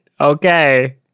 Okay